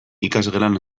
ikasgelan